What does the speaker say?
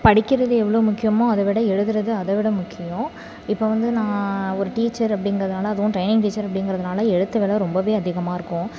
படிக்கிறது எவ்வளோ முக்கியமோ அதைவிட எழுதுகிறது அதைவிட முக்கியம் இப்போ வந்து நான் ஒரு டீச்சர் அப்படிங்குறதுனால அதுவும் ட்ரைனிங் டீச்சர் அப்படிங்குறதுனால எழுத்து வேலை ரொம்பவே அதிகமாக இருக்கும்